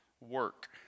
work